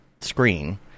screen